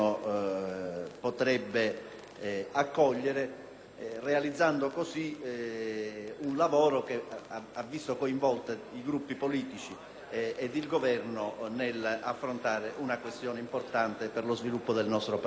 realizzando così un lavoro che ha visto coinvolti i Gruppi politici ed il Governo nell'affrontare una questione importante per lo sviluppo del nostro Paese.